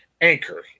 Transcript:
Anchor